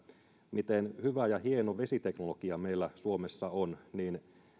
miten hyvä ja hieno vesiteknologia meillä suomessa on niin